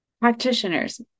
practitioners